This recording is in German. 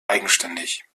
eigenständig